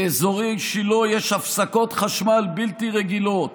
באזורי שילה יש הפסקות חשמל בלתי רגילות.